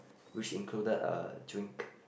which included a drink